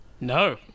No